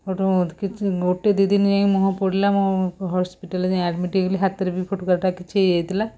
ସେଇଠୁ କିଛି ଗୋଟେ ଦୁଇ ଦିନ ଯାଏଁ ମୁହଁ ପୋଡ଼ିଲା ମୁଁ ହସ୍ପିଟାଲ୍ରେ ଯାଇ ଆଡ଼ମିଟ୍ ହେଇଗଲି ହାତରେ ବି ଫୋଟକା କିଛି ହେଇଥିଲା